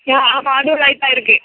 யா ஆமாம் அதுவும் லைட்டாக இருக்குது